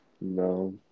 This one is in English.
No